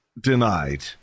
denied